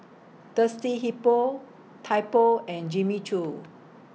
Thirsty Hippo Typo and Jimmy Choo